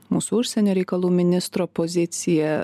mūsų užsienio reikalų ministro pozicija